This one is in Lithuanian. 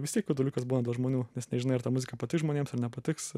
vis tiek jauduliukas būna dėl žmonių nes nežinai ar ta muzika patiks žmonėms ar nepatiks